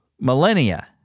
millennia